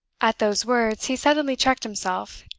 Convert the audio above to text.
at those words he suddenly checked himself.